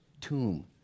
tomb